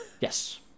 Yes